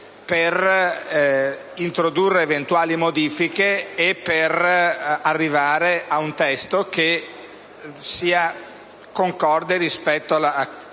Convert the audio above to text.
per introdurre eventuali modifiche e arrivare ad un testo che sia concorde con gli